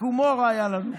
רק הומור היה לנו פה,